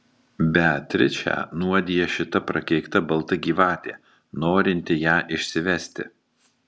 beatričę nuodija šita prakeikta balta gyvatė norinti ją išsivesti